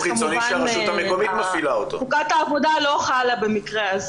כמובן חוקת העבודה לא חלה במקרה הזה.